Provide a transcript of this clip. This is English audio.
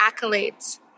accolades